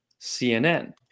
CNN